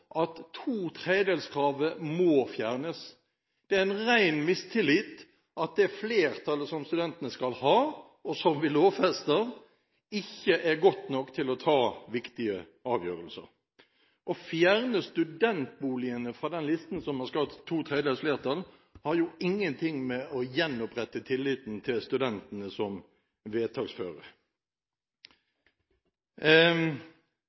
at to tredjedelskravet må fjernes. Det er en ren mistillit at det flertallet som studentene skal ha, og som vi lovfester, ikke er godt nok til å ta viktige avgjørelser. Å fjerne studentboligene fra den listen som har skapt to tredels flertall, har ingenting med å gjenopprette tilliten til studentene som